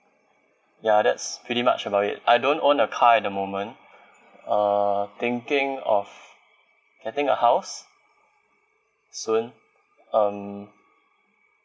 ya that's pretty much about it I don't own a car at the moment uh thinking of getting a house soon um